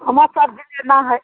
हमेँ सब्ज़ी लेना है